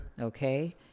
Okay